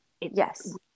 yes